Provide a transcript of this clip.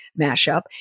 mashup